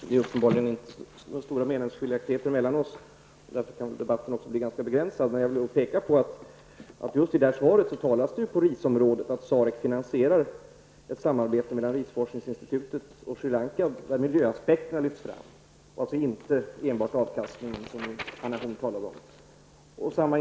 Herr talman! Det är uppenbarligen inte några stora meningsskiljaktigheter mellan oss, därför kan debatten bli ganska begränsad. Men jag vill peka på att det just i svaret talas om att SAREC finansierar ett samarbete mellan risforskningsinstitutet och Sri Lanka där miljöaspekterna lyfts fram. Där gäller alltså inte bara avkastningen, som Anna Horn talade om.